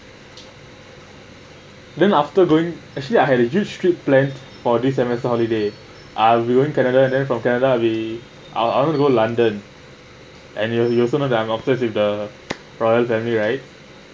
then after going actually I had a real strict plan for this semester holiday I'll going canada and canada we I I want to go london and you you also know I', obsessed with the royal family right